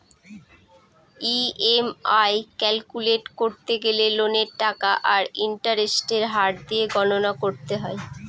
EMI calculate করতে গেলে লোনের টাকা আর ইন্টারেস্টের হার দিয়ে গণনা করতে হয়